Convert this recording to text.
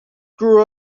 grew